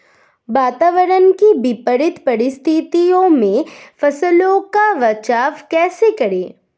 वातावरण की विपरीत परिस्थितियों में फसलों का बचाव कैसे करें?